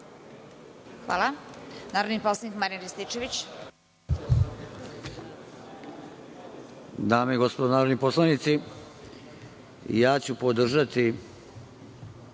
ima narodni poslanik Marijan Rističević.